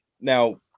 now